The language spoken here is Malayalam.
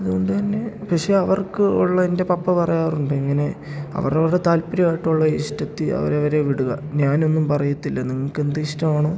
അതുകൊണ്ടുതന്നെ പക്ഷേ അവർക്ക് ഉള്ള എൻ്റെ പപ്പ പറയാറുണ്ട് ഇങ്ങനെ അവരവരുടെ താല്പര്യം ആയിട്ടുള്ള ഇഷ്ടത്തിൽ അവരവരെ വിടുക ഞാനൊന്നും പറയില്ല നിങ്ങൾക്ക് എന്തിഷ്ടമാണോ